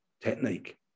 technique